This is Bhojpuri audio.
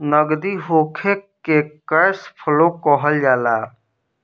नगदी होखे के कैश फ्लो कहल जाला